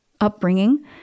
upbringing